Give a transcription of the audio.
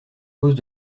causes